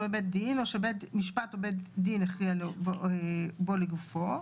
בבית דין או שבית משפט או בית דין הכריע בו לגופו".